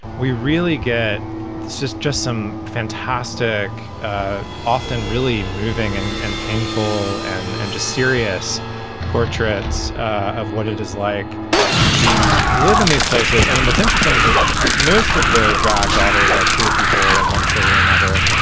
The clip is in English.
we really get this just just some fantastic ah often really moving and and painful and and just serious portraits of what it is like to live in these places. and then what's interesting is that most of the drag daughters are queer people of one sort or another,